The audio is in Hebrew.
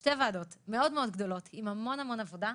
שתי ועדות מאוד מאוד גדולות, עם המון עבודה,